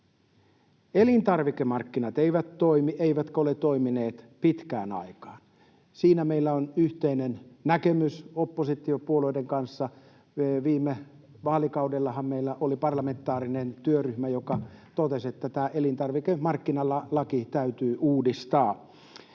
Elintarvikemarkkinat eivät toimi eivätkä ole toimineet pitkään aikaan. Siinä meillä on yhteinen näkemys oppositiopuolueiden kanssa. Viime vaalikaudellahan meillä oli parlamentaarinen työryhmä, joka totesi, että tämä elintarvikemarkkinalaki täytyy uudistaa.